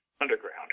underground